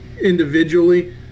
individually